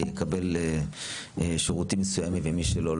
יקבל שירותים מסוים ומי שלא,